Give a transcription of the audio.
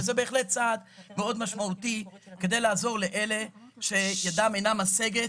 וזה בהחלט צעד מאוד משמעותי כדי לעזור לאלה שידם אינה משגת.